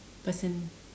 person